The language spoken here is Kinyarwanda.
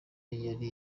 yari